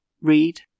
read